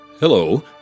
Hello